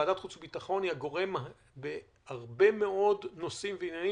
ועדת החוץ והביטחון היא הגורם היחידי בהרבה מאוד נושאים ועניינים,